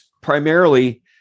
primarily